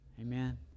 Amen